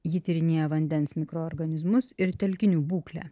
ji tyrinėja vandens mikroorganizmus ir telkinių būklę